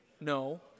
No